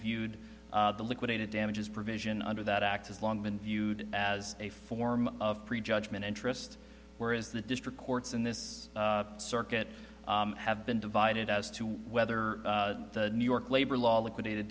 viewed the liquidated damages provision under that act has long been viewed as a form of pre judgment interest where is the district courts in this circuit have been divided as to whether the new york labor law liquidated